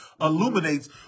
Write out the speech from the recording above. illuminates